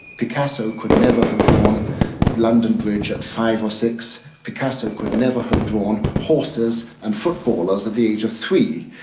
picasso could never have drawn london bridge at five or six. picasso could never have drawn horses and footballers at the age of three,